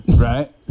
Right